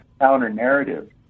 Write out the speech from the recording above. counter-narrative